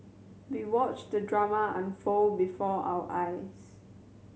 we watched the drama unfold before our eyes